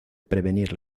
prevenir